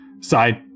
side